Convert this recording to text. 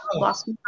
lost